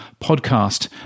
podcast